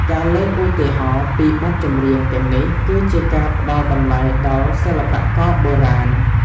ការលើកឧទាហរណ៍ពីបទចម្រៀងទាំងនេះ គឺជាការផ្តល់តម្លៃដល់សិល្បករបុរាណ។